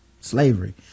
slavery